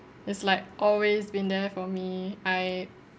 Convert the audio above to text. it's like always been there for me I